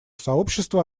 сообщество